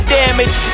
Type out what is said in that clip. damage